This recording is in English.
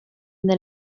than